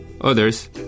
Others